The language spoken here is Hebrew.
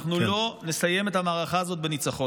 אנחנו לא נסיים את המערכה הזאת בניצחון.